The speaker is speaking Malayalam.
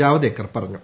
ജാവ്ദേക്കർ പറഞ്ഞു